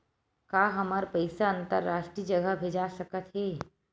का हमर पईसा अंतरराष्ट्रीय जगह भेजा सकत हे?